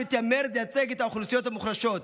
שמתיימרת לייצג את האוכלוסיות המוחלשות,